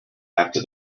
after